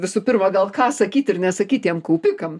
visų pirma gal ką sakyt ir nesakyt tiem kaupikam